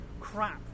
crap